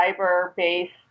cyber-based